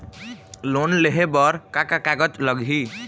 Loan लेहे बर का का कागज लगही?